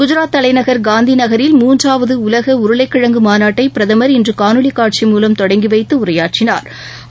குஜராத் தலைநகர் காந்திநகரில் மூன்றாவது உலக உருளைக்கிழங்கு மாநாட்டை பிரதமர் இன்று காணொலி காட்சி மூலம் தொடங்கி வைத்து உரையாற்றினாா்